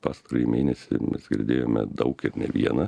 pastarąjį mėnesį mes girdėjome daug ir ne vieną